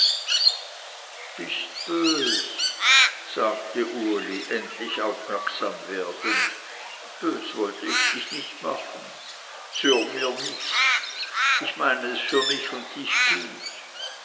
bist bös sagte uli endlich aufmerksam werdend bös wollte dich nicht machen zürn mir nicht ich meine es für mich und dich gut